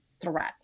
threat